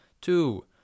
two